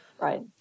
Right